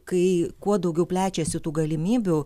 kai kuo daugiau plečiasi tų galimybių